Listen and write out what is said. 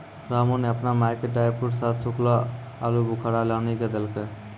रामू नॅ आपनो माय के ड्रायफ्रूट साथं सूखलो आलूबुखारा लानी क देलकै